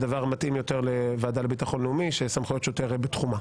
הדבר מתאים יותר לוועדה לביטחון לאומי שסמכויות שוטר בתחומה,